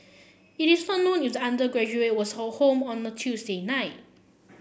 it is not known if the undergraduate was home on a Tuesday night